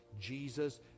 Jesus